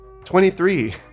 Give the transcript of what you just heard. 23